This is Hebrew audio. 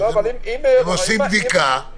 הם עושים בדיקה.